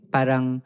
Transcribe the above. Parang